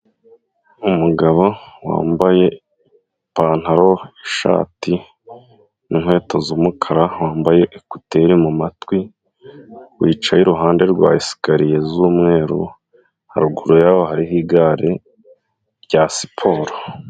Umugabo wambaye ipantaro n'ishati n'inkweto z'umukara, wambaye ekuteri mumatwi wicaye iruhande rwa esikariye z'umweru, haruguru yaho hariho igare rya siporo.